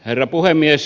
herra puhemies